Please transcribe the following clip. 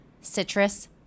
citrus